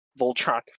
Voltron